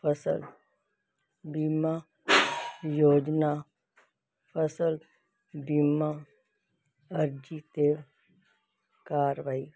ਫਸਲ ਬੀਮਾ ਯੋਜਨਾ ਫਸਲ ਬੀਮਾ ਅਰਜੀ 'ਤੇ ਕਾਰਵਾਈ